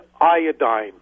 iodine